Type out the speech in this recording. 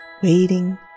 waiting